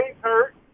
hurt